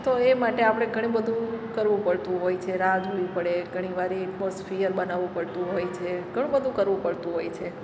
તો એ માટે આપણે ઘણું બધુ કરવું પડતું હોય છે રાહ જોવી પડે ઘણીવાર એટમોસફીયર બનાવવું પડતું હોય છે ઘણું બધું કરવું પડતું હોય છે